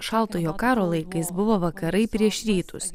šaltojo karo laikais buvo vakarai prieš rytus